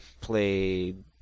played